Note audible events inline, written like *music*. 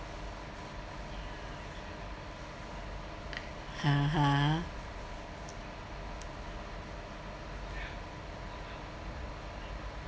*laughs*